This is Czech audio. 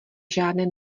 žádné